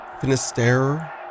Finisterre